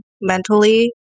mentally